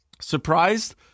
surprised